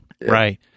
right